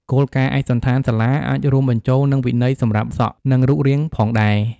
គោលការណ៍ឯកសណ្ឋានសាលាអាចរួមបញ្ចូលនឹងវិន័យសម្រាប់សក់ និងរូបរាងផងដែរ។